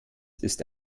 ist